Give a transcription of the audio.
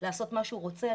לעשות מה שהוא רוצה,